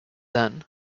then